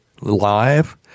live